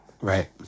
right